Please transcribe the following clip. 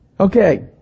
Okay